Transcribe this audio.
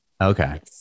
Okay